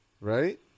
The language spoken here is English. Right